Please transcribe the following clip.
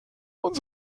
und